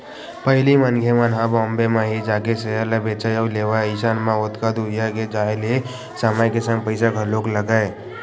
पहिली मनखे मन ह बॉम्बे म ही जाके सेयर ल बेंचय अउ लेवय अइसन म ओतका दूरिहा के जाय ले समय के संग पइसा घलोक लगय